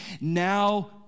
now